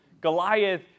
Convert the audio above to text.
Goliath